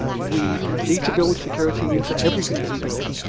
ah we need to build security into everything that we build.